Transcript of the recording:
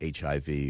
hiv